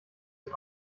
den